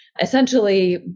essentially